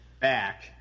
Back